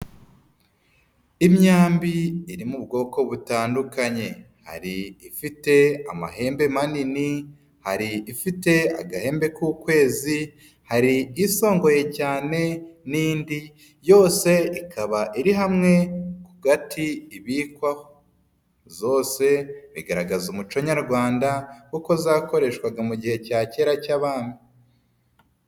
Imyambi iri mu bwoko butandukanye, hari ifite amahembe manini, hari ifite agahembe k'ukwezi, hari isongoye cyane n'indi yose ikaba iri hamwe ku gati ibikwaho, zose bigaragaza umuco nyarwanda kuko zakoreshwaga mu gihe cya kera cy'abami.